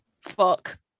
Fuck